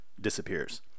disappears